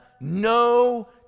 no